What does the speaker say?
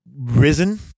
risen